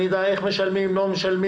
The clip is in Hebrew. אני אדע איך משלמים או לא משלמים.